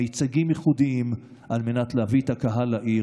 מיצגים ייחודיים,